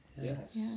Yes